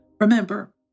Remember